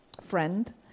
friend